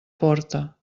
porta